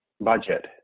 budget